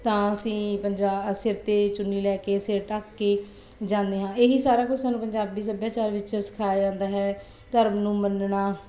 ਤਾਂ ਅਸੀਂ ਪੰਜਾ ਸਿਰ 'ਤੇ ਚੁੰਨੀ ਲੈ ਕੇ ਸਿਰ ਢੱਕ ਕੇ ਜਾਂਦੇ ਹਾਂ ਇਹੀ ਸਾਰਾ ਕੁਛ ਸਾਨੂੰ ਪੰਜਾਬੀ ਸੱਭਿਆਚਾਰ ਵਿੱਚ ਸਿਖਾਇਆ ਜਾਂਦਾ ਹੈ ਧਰਮ ਨੂੰ ਮੰਨਣਾ